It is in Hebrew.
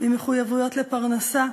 ממחויבויות לפרנסה,